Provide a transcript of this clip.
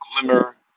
glimmer